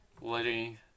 Letting